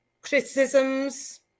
criticisms